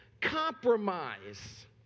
compromise